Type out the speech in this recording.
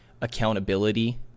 accountability